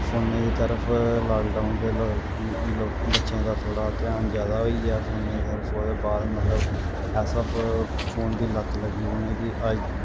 फोनै दी तरफ लाकडाउन च बच्चें दा ध्यान थोह्ड़ा जादा होई गेआ फोनै दी तरफ ओह्दे बाद मतलब ऐसा फोन दी लत्त लग्गी उ'नेंगी अज्ज